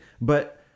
But-